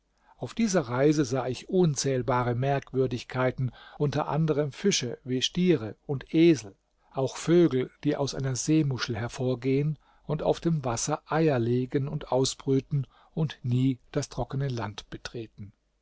auf dieser reise sah ich unzählbare merkwürdigkeiten unter anderem fische wie stiere und esel auch vögel die aus einer seemuschel hervorgehen und auf dem wasser eier legen und ausbrüten und nie das trockene land betreten